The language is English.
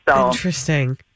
Interesting